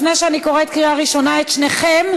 לפני שאני קוראת קריאה ראשונה את שניכם,